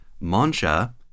Mancha